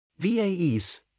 VAEs